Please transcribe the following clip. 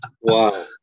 Wow